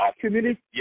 Community